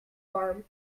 farm